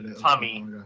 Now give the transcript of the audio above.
Tommy